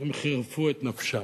הם חירפו את נפשם.